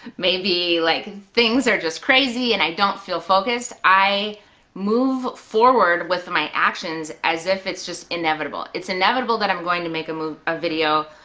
maybe like things are just crazy and i don't feel focused, i move forward with my actions as if it's just inevitable, it's inevitable that i'm going to make a ah video.